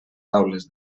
taules